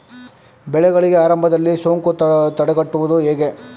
ಬೆಳೆಗಳಿಗೆ ಆರಂಭದಲ್ಲಿ ಸೋಂಕು ತಡೆಗಟ್ಟುವುದು ಹೇಗೆ?